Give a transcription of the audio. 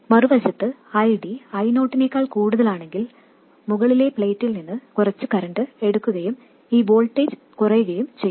മറുവശത്ത് ID I0 നേക്കാൾ കൂടുതലാണെങ്കിൽ മുകളിലെ പ്ലേറ്റിൽ നിന്ന് കുറച്ച് കറന്റ് എടുക്കുകയും ഈ വോൾട്ടേജ് കുറയുകയും ചെയ്യും